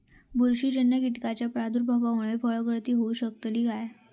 बुरशीजन्य कीटकाच्या प्रादुर्भावामूळे फळगळती होऊ शकतली काय?